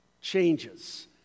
changes